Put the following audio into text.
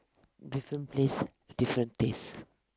different place different taste